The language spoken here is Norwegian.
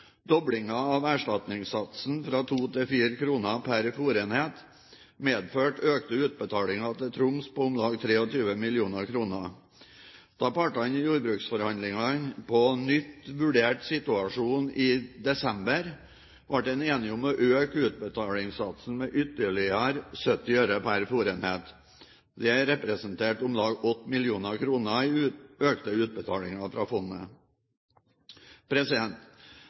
Doblingen av erstatningssatsen fra 2 kr til 4 kr per fôrenhet medførte økte utbetalinger til Troms på om lag 23 mill. kr. Da partene i jordbruksforhandlingene på nytt vurderte situasjonen i desember, ble en enig om å øke utbetalingssatsen med ytterligere 70 øre per fôrenhet. Dette representerte om lag 8 mill. kr i økte utbetalinger fra fondet.